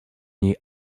niej